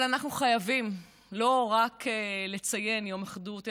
אבל אנחנו חייבים לא רק לציין יום אחדות,